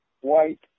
white